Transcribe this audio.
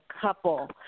couple